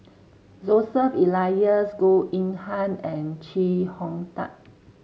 Joseph Elias Goh Yihan and Chee Hong Tat